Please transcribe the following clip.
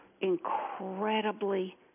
incredibly